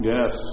Yes